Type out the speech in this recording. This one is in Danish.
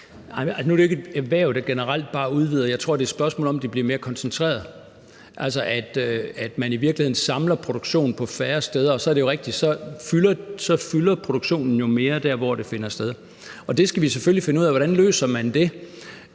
det jo ikke et erhverv, der generelt bare udvider. Jeg tror, at det er et spørgsmål om, at det bliver mere koncentreret, altså at man i virkeligheden samler produktion på færre steder. Og så er det jo rigtigt, at så fylder produktionen mere der, hvor den finder sted. Det skal vi selvfølgelig finde ud af hvordan man løser på en